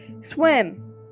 Swim